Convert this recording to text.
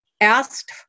asked